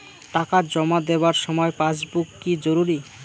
টাকা জমা দেবার সময় পাসবুক কি জরুরি?